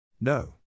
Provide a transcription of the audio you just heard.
No